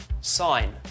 Sign